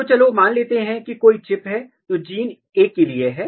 तो चलो मान लेते हैं कि कोई चिप है जो जीन ए के लिए है